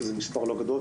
שזה מספר לא גדול,